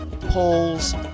polls